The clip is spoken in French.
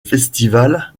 festival